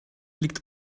liegt